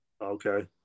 Okay